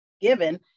given